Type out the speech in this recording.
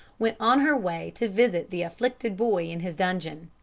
went on her way to visit the afflicted boy in his dungeon.